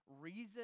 reason